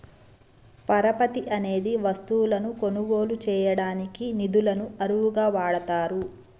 పరపతి అనేది వస్తువులను కొనుగోలు చేయడానికి నిధులను అరువుగా వాడతారు